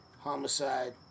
Homicide